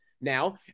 now